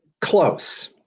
Close